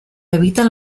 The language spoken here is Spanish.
habitan